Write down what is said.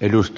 arvoisa